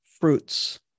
fruits